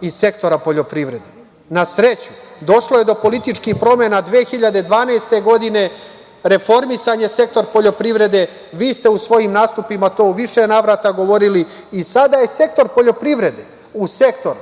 iz sektora poljoprivrede. Na sreću, došlo je do političkih promena 2012. godine, reformisan je sektor poljoprivrede. Vi ste u svojim nastupima to u više navrata govorili i sada je sektor poljoprivrede uz sektor